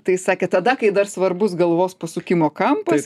tai sakė tada kai dar svarbus galvos pasukimo kampas